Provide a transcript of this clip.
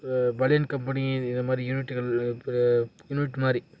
பனியன் கம்பெனி இது மாதிரி யூனிட்கள் இருக்கிற யூனிட் மாதிரி